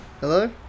Hello